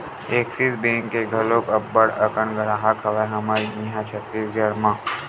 Axis bank के घलोक अब्बड़ अकन गराहक हवय हमर इहाँ छत्तीसगढ़ म